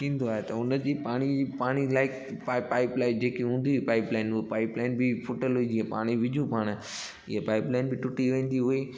थींदो आहे त हुनजी पाणी पाणी लाइ पाइप पाइप लाइन जेकी हूंदी पाइप लाइन हू पाइप लाइन बि फुटल हुई जीअं पाणी विझूं पाणि इहा पाइप लाइन बि टुटी वेंदी उहे